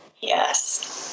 yes